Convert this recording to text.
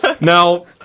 Now